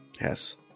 Yes